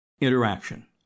Interaction